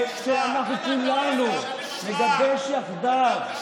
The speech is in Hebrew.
וכשאנחנו כולנו נגבש יחדיו,